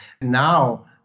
Now